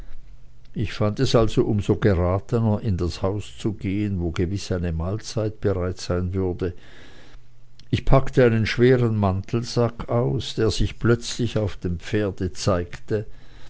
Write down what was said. ich fand es also um so geratener in das haus zu gehen wo gewiß eine mahlzeit bereit sein würde ich packte einen schweren mantelsack aus der sich plötzlich auf dem pferde zeigte